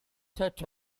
such